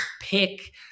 pick